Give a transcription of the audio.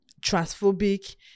transphobic